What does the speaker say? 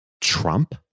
Trump